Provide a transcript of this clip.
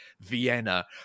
Vienna